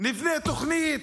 נבנה תוכנית,